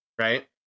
Right